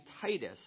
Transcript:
Titus